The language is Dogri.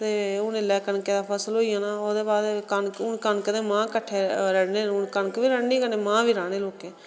ते हुन एल्लै कनकै फसल होई जाना ओह्दे बाद कनक हुन कनक ते मांह् कट्ठे रढ़ने न हुन कनक बी रढ़नी कन्नै मांह् बी राह्ने लोकें